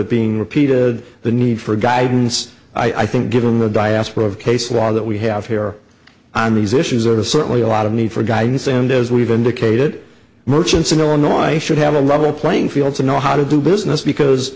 it being repeated the need for guidance i think given the diaspora of case law that we have here on these issues are certainly a lot of need for guidance and as we've indicated merchants in illinois should have a level playing field to know how to do business because